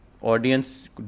audience